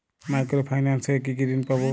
Micro finance এ কি কি ঋণ পাবো?